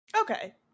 Okay